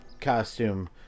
costume